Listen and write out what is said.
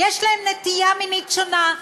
יש להם נטייה מינית שונה,